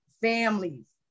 families